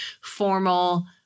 formal